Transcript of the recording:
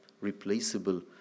replaceable